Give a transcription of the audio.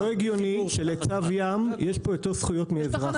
הגיוני שלצב ים יש פה יותר זכויות מאשר לאזרח.